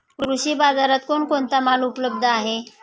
कृषी बाजारात कोण कोणता माल उपलब्ध आहे?